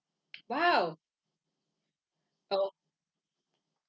!wow! oh